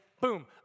boom